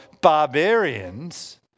barbarians